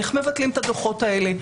איך מבטלים את הדוחות האלה?